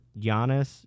Giannis